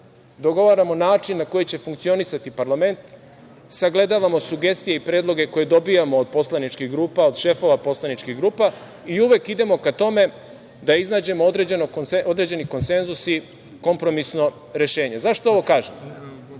dogovaramo način na koji će funkcionisati parlament, sagledavamo sugestije i predloge koje dobijamo od poslaničkih grupa, od šefova poslaničkih grupa i uvek idemo ka tome da iznađemo određeni konsenzus i kompromisno rešenje.Zašto ovo kažem?